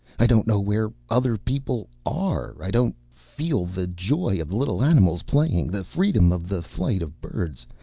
i don't know where other people are. i don't feel the joy of the little animals playing, the freedom of the flight of birds,